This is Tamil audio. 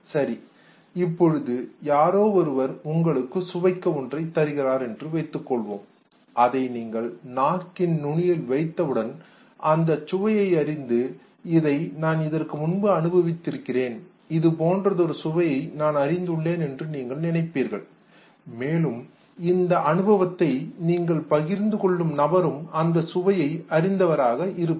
சரி இப்பொழுது யாரோ ஒருவர் உங்களுக்கு சுவைக்க ஏதோ ஒன்றை தருகிறார் என்று வைத்துக்கொள்வோம் அதை நீங்கள் நாக்கின் நுனியில் வைத்தவுடன் அதன் சுவையை அறிந்து இதை நான் இதற்கு முன்பு அனுபவித்திருக்கிறேன் இதுபோன்றதொரு சுவையை நான் அறிந்துள்ளேன் என்று நீங்கள் நினைப்பீர்கள் மேலும் இந்த அனுபவத்தை நீங்கள் பகிர்ந்து கொள்ளும் நபரும் அந்த சுவையை அறிந்தவராக இருப்பார்